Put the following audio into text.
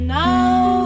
now